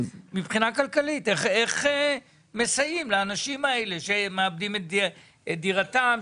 איך מסייעים לאנשים האלה שמאבדים את דירתם,